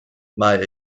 mae